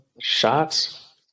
Shots